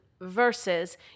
versus